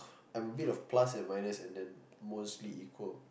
I'm a bit of plus and minus and then mostly equal